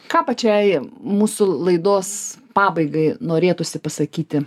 ką pačiai mūsų laidos pabaigai norėtųsi pasakyti